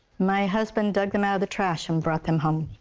my husband dug them out of the trash and brought them home.